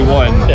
one